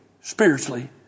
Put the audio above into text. spiritually